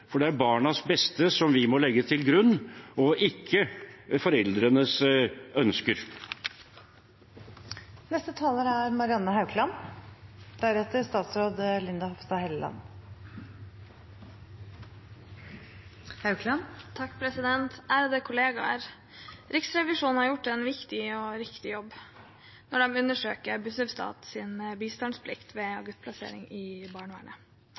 For det er barnas beste vi må legge til grunn, ikke foreldrenes ønsker. Riksrevisjonen har gjort en viktig og riktig jobb når de undersøker Bufetats bistandsplikt ved akuttplasseringer i barnevernet.